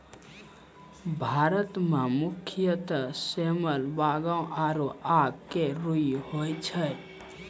भारत मं मुख्यतः सेमल, बांगो आरो आक के रूई होय छै